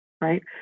right